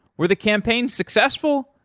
were the campaigns successful?